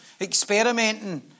experimenting